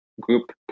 group